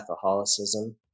Catholicism